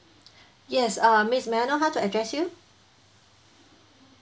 yes uh miss may I know how to address you